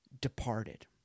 departed